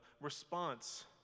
response